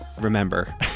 remember